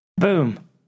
Boom